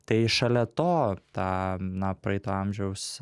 tai šalia to tą na praeito amžiaus